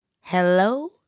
Hello